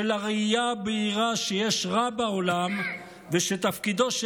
של הראייה הבהירה שיש רע בעולם ושתפקידו של